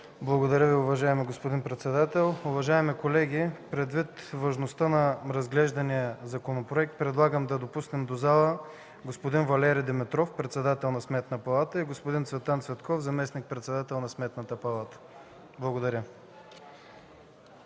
Благодаря Ви, уважаеми господин председател. Уважаеми колеги, предвид важността на разглеждания законопроект, предлагам да допуснем в залата господин Валери Димитров – председател на Сметната палата, и господин Цветан Цветков – заместник-председател на Сметната палата. Благодаря.